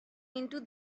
into